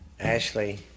Ashley